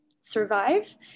survive